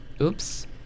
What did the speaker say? Oops